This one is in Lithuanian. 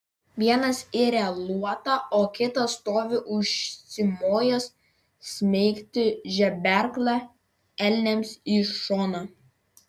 vienas iria luotą o kitas stovi užsimojęs smeigti žeberklą elniams į šoną